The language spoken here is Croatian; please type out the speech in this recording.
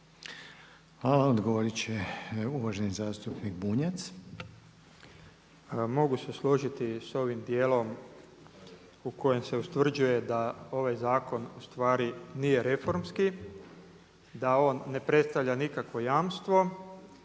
Hvala. Odgovorit će uvaženi zastupnik Bunjac.